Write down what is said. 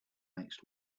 next